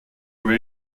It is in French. peut